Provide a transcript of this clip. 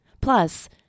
Plus